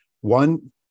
one